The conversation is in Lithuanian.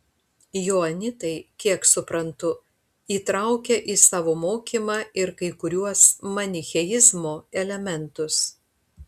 joanitai kiek suprantu įtraukia į savo mokymą ir kai kuriuos manicheizmo elementus